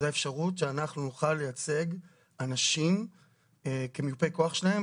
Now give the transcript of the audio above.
וזאת האפשרות שאנחנו נוכל לייצג אנשים כמיופי כוח שלהם,